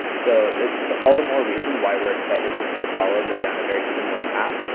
so it's all the more reason why we're excited to see apollo go down a very similar path,